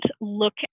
look